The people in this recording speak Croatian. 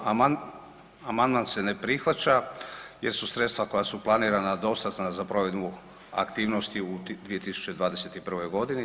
Amandman se ne prihvaća jer su sredstva koja su planirana dostatna za provedbu aktivnosti u 2021. godini.